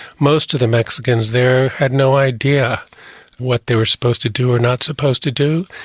most of the mexicans there had no idea what they were supposed to do or not supposed to do,